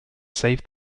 save